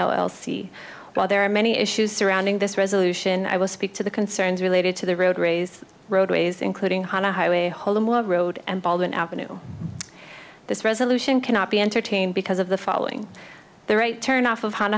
while there are many issues surrounding this resolution i will speak to the concerns related to the road raise roadways including one a highway hold a mile of road and baldwin avenue this resolution cannot be entertained because of the following the right turn off of